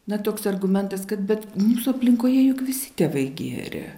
na toks argumentas kad bet mūsų aplinkoje juk visi tėvai gėrė